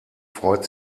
freut